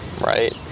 right